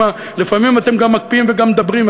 לפעמים אתם גם מקפיאים וגם מדברים,